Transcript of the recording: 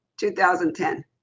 2010